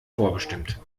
vorbestimmt